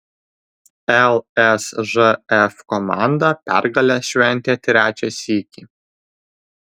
lsžf komanda pergalę šventė trečią sykį